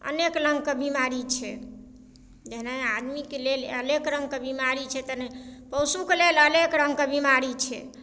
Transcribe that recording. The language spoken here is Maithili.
अनेक रङ्गके बीमारी छै जेहने आदमीके लेल अनेक रङ्गके बीमारी छै तेहने पशुके लेल अनेक रङ्गके बीमारी छै